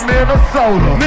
Minnesota